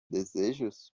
desejos